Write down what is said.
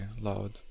loud